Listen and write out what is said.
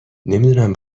نمیدونم